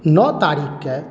नओ तारीखके